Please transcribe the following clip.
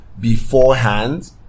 beforehand